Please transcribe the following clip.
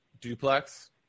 duplex